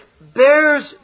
bears